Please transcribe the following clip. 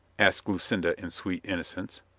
asked lucinda in sweet innocence.